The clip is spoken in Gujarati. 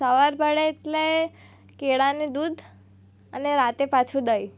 સવાર પડે એટલે કેળાને દૂધ અને રાતે પાછું દહીં